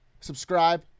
Subscribe